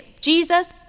Jesus